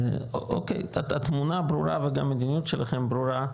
אוקי, אז התמונה ברורה וגם המדיניות שלכם ברורה.